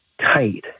tight